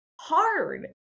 hard